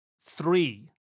Three